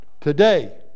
today